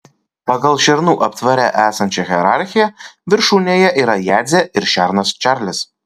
pagal šernų aptvare esančią hierarchiją viršūnėje yra jadzė ir šernas čarlis